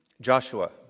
Joshua